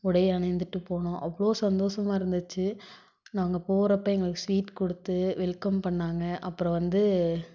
உடை அணிந்துட்டு போனோம் அவ்வளோ சந்தோஷமா இருந்துச்சு நாங்கள் போகிறப்ப எங்களுக்கு ஸ்வீட் கொடுத்து வெல்கம் பண்ணிணாங்க அப்புறம் வந்து